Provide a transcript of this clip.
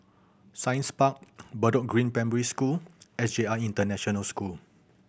Science Park Bedok Green Primary School S J I International School